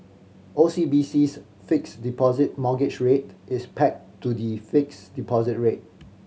O C B C's Fixed Deposit Mortgage Rate is pegged to the fixed deposit rate